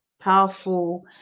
powerful